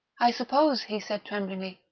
i suppose, he said tremblingly,